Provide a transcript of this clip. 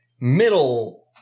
middle